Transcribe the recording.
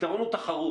הפתרון הוא תחרות.